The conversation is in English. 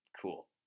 Cool